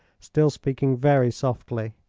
still speaking very softly,